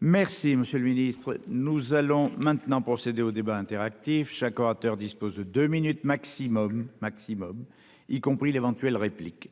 Merci, monsieur le Ministre, nous allons maintenant procéder au débat interactif, chaque orateur dispose de deux minutes maximum, maximum, y compris d'éventuelles réplique